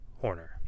Horner